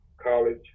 college